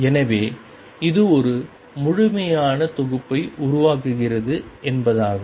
எனவே இது ஒரு முழுமையான தொகுப்பை உருவாக்குகிறது என்பதாகும்